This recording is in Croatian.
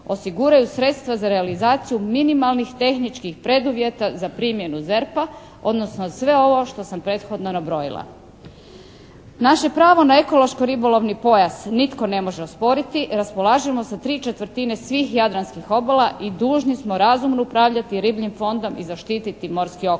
osiguraju sredstva za realizaciju minimalnih tehničkih preduvjeta za primjenu ZERP-a odnosno sve ovo što sam prethodno nabrojila. Naše pravo na ekološki ribolovni pojas nitko ne može osporiti. Raspolažemo sa 3/4 svih jadranskih obala i dužni smo razumno upravljati ribljim fondom i zaštiti morski okoliš.